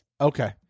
Okay